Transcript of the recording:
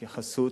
התייחסות,